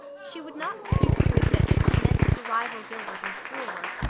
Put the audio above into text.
she would not stoop to admit that she meant to rival gilbert in schoolwork,